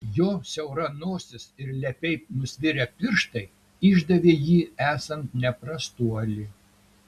jo siaura nosis ir lepiai nusvirę pirštai išdavė jį esant ne prastuoli